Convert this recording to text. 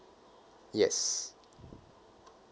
yes